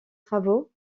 travaux